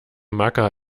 macker